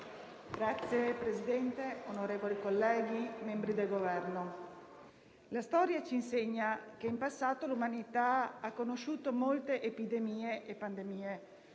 Signor Presidente, onorevoli colleghi, membri del Governo, la storia ci insegna che in passato l'umanità ha conosciuto molte epidemie e pandemie,